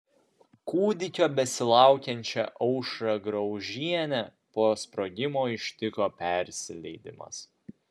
kūdikio besilaukiančią aušrą graužienę po sprogimo ištiko persileidimas